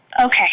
Okay